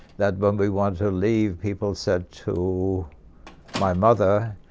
that when we want to leave people said to my mother,